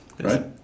right